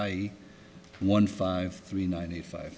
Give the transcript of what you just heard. i one five three ninety five